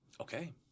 Okay